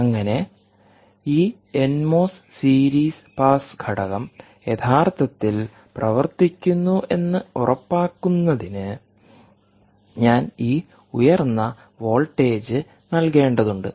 അങ്ങനെ ഈ N MOS series pass ഘടകം യഥാർത്ഥത്തിൽ പ്രവർത്തിക്കുന്നുവെന്ന് ഉറപ്പാക്കുന്നതിന് ഞാൻ ഈ ഉയർന്ന വോൾട്ടേജ് നൽകേണ്ടതുണ്ട്